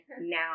Now